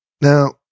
Now